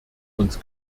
uns